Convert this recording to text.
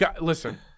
Listen